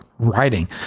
writing